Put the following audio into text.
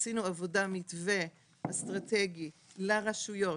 עשינו עבודה של מתווה אסטרטגי לרשויות,